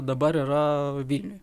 dabar yra vilniuje